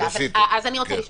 אז אני רוצה לשאול,